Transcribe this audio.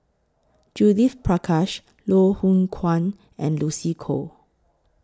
Judith Prakash Loh Hoong Kwan and Lucy Koh